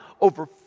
over